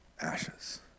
Ashes